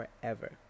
forever